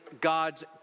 God's